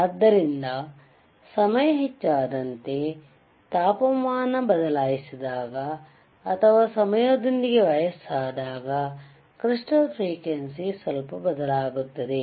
ಆದ್ದರಿಂದ ಸಮಯ ಹೆಚ್ಚಾದಂತೆ ಅಥವಾ ತಾಪಮಾನವನ್ನು ಬದಲಾಯಿಸಿದಾಗ ಅಥವಾ ಸಮಯದೊಂದಿಗೆ ವಯಸ್ಸಾದಾಗ ಕ್ರಿಸ್ಟಾಲ್ ಫ್ರೀಕ್ವೆಂಸಿ ಸ್ವಲ್ಪ ಬದಲಾಗುತ್ತದೆ